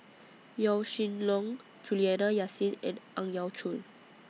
Yaw Shin Leong Juliana Yasin and Ang Yau Choon